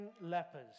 lepers